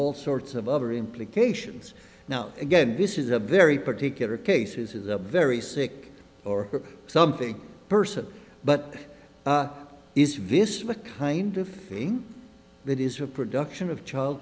all sorts of other implications now again this is a very particular cases is a very sick or something person but it is vis a kind of thing that is a production of child